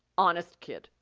honest, kid.